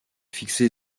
fixée